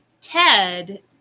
Ted